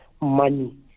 money